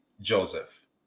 Joseph